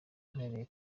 mpereye